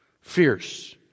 Fierce